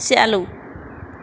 ચાલુ